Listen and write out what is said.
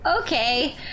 Okay